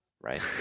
right